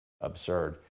absurd